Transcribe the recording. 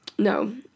No